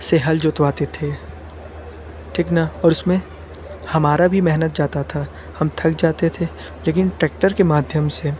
से हल जुतवाते थे कितना और उसमें हमारा भी मेहनत जाती थी हम थक जाते थे लेकिन टेक्टर के माध्यम से